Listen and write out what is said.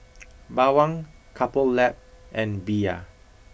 Bawang Couple Lab and Bia